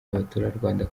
abaturarwanda